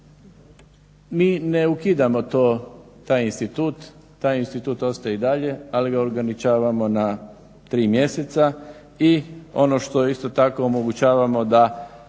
mi ne ukidamo taj institut. Taj institut ostaje i dalje ali ga ograničavamo na tri mjeseca. I ono što isto tako omogućavamo da